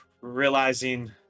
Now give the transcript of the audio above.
realizing